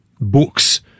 books